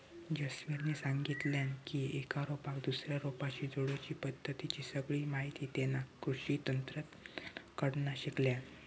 जसवीरने सांगितल्यान की एका रोपाक दुसऱ्या रोपाशी जोडुची पद्धतीची सगळी माहिती तेना कृषि तज्ञांकडना शिकल्यान